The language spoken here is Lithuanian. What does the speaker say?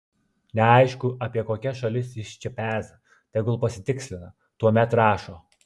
neaišku apie kokias šalis jis čia peza tegul pasitikslina tuomet rašo